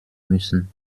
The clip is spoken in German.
müssen